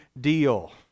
deal